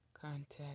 contact